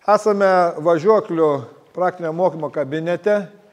esame važiuoklių praktinio mokymo kabinete